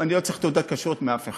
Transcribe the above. חבר הכנסת שמולי, תודה.